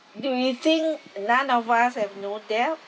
they think none of us have no debt